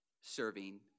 serving